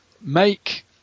make